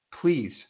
please